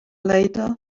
later